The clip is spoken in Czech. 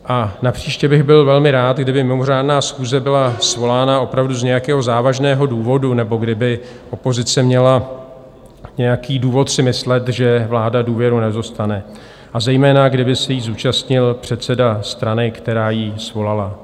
A napříště bych byl velmi rád, kdyby mimořádná schůze byla svolána opravdu z nějakého závažného důvodu, nebo kdyby opozice měla nějaký důvod si myslet, že vláda důvěru nedostane, a zejména kdyby se jí zúčastnil předseda strany, která ji svolala.